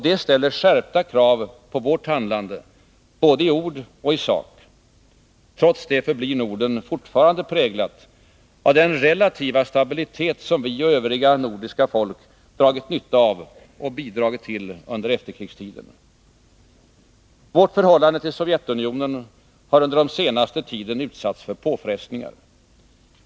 Det ställer skärpta krav på vårt handlande i både ord och sak. Trots det förblir Norden fortfarande präglat av den relativa stabilitet som vi och övriga nordiska folk dragit nytta av och bidragit till under efterkrigstiden. Vårt förhållande till Sovjetunionen har under den senaste tiden utsatts för påfrestningar.